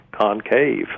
concave